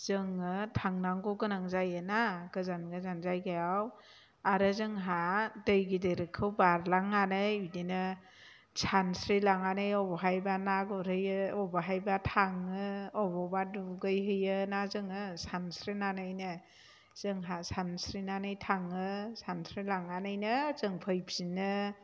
जोङो थांनांगौ गोनां जायो ना गोजान गोजान जायगायाव आरो जोंहा दै गिदिरखौ बारलांनानै बिदिनो सानस्रिलांनानै बबेहायबा ना गुरहैयो बबेहायबा थाङो बबेयावबा दुगैहैयो ना जोङो सानस्रिनानैनो जोंहा सानस्रिनानै थाङो सानस्रिलांंनानैनो जों फैफिनो